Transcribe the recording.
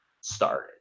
started